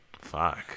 Fuck